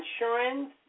insurance